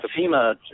FEMA